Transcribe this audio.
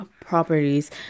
properties